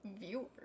Viewers